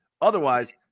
Otherwise